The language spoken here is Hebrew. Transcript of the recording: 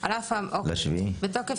בתוקף